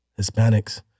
Hispanics